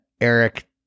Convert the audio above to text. eric